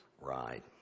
ride